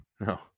No